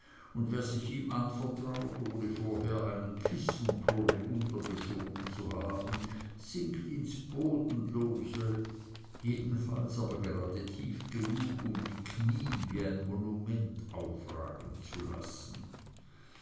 und wer sich ihm anvertraut ohne vorher einen kissenturm untergeschoben zu haben sinkt ins bodenlose jedenfalls aber gerade tief genug um die knie wie ein monument aufragen zu lassen